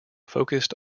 focused